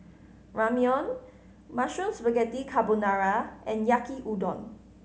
Ramyeon Mushroom Spaghetti Carbonara and Yaki Udon